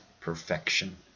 perfection